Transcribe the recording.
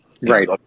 right